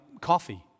coffee